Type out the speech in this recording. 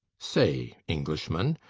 say, englishman,